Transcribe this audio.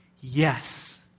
Yes